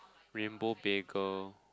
rainbow baker